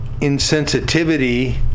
insensitivity